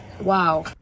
Wow